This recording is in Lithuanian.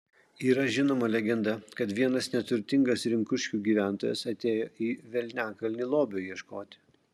yra žinoma legenda kad vienas neturtingas rinkuškių gyventojas atėjo į velniakalnį lobio ieškoti